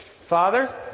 Father